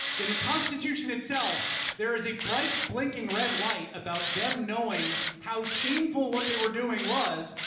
in the constitution itself, there is a bright, blinking red light about them knowing how shameful what they were doing was,